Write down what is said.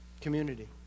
community